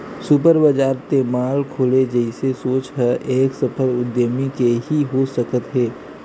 super बजार ते mall खोले जइसे सोच ह एक सफल उद्यमी के ही हो सकत हे